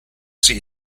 sie